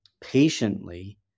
patiently